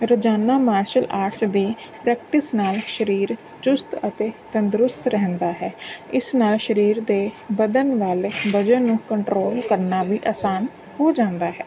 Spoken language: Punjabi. ਰੋਜ਼ਾਨਾ ਮਾਰਸ਼ਲ ਆਰਟਸ ਦੀ ਪ੍ਰੈਕਟਿਸ ਨਾਲ ਸਰੀਰ ਚੁਸਤ ਅਤੇ ਤੰਦਰੁਸਤ ਰਹਿੰਦਾ ਹੈ ਇਸ ਨਾਲ ਸਰੀਰ ਦੇ ਬਦਨ ਵਾਲੇ ਵਜਨ ਨੂੰ ਕੰਟਰੋਲ ਕਰਨਾ ਵੀ ਆਸਾਨ ਹੋ ਜਾਂਦਾ ਹੈ